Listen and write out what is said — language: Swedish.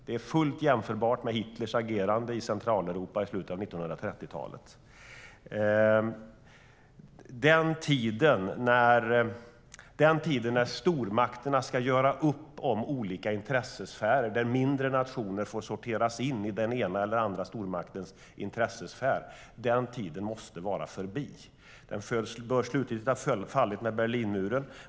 Det är fullt jämförbart med Hitlers agerande i Centraleuropa på slutet av 1930-talet. Den tid när stormakterna gör upp om olika intressesfärer och mindre nationer sorteras in i den ena eller andra stormaktens intressesfär, den tiden måste vara förbi. Den bör slutgiltigt ha fallit med Berlinmuren.